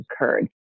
occurred